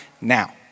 now